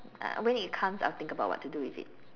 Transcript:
uh when it comes I'll think about what to do with it